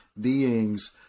beings